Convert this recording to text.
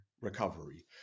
recovery